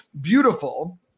beautiful